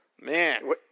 Man